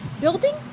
building